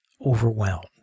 overwhelmed